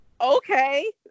okay